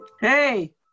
Hey